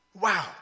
Wow